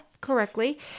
correctly